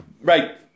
Right